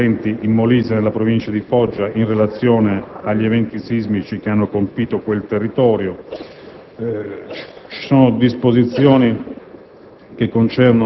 per i residenti del Molise e della Provincia di Foggia, in relazione agli eventi sismici che hanno colpito quei territori. Vi sono disposizioni